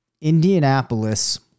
Indianapolis